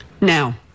Now